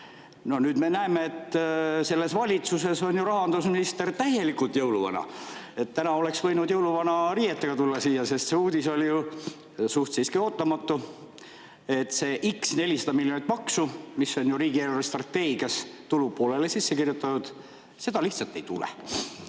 Nüüd me näeme, et selles valitsuses on rahandusminister täielikult jõuluvana. Täna oleks võinud jõuluvana riietega tulla siia, sest see uudis oli suhteliselt ootamatu, et see x, 400 miljonit maksu, mis on ju riigi eelarvestrateegias tulupoolele sisse kirjutatud, lihtsalt jääb